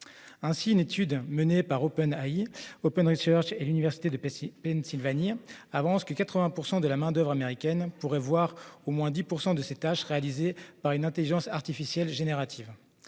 Ainsi, une étude menée par OpenAI, Open Research et l'université de Pennsylvanie avance que 80 % de la main-d'oeuvre américaine pourraient voir au moins 10 % de leurs tâches réalisées par une intelligence artificielle générative.